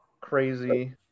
crazy